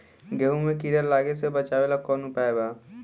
गेहूँ मे कीड़ा लागे से बचावेला कौन उपाय बा?